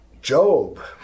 Job